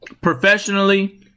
professionally